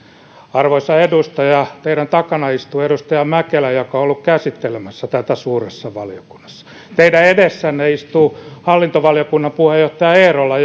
arvoisa edustaja teidän takananne istuu edustaja mäkelä joka on ollut käsittelemässä tätä suuressa valiokunnassa teidän edessänne istuu hallintovaliokunnan puheenjohtaja eerola